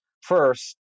first